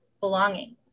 belonging